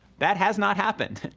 that has not happened.